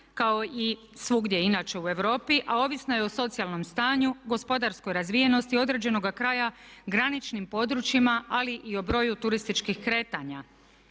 kao i svugdje inače u Europi, a ovisna je o socijalnom stanju, gospodarskoj razvijenosti određenoga kraja, graničnim područjima ali i o broju turističkih kretanja